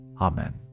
Amen